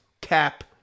cap